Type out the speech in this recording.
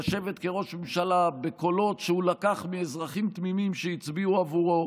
לשבת כראש ממשלה בקולות שהוא לקח מאזרחים תמימים שהצביעו בעבורו